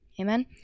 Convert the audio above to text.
amen